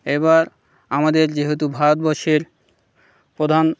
এবার আমাদের যেহেতু ভারতবর্ষের প্রধান